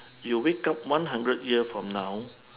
you wake up one hundred year from now